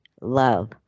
love